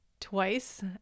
twice